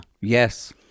Yes